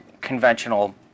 conventional